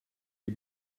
die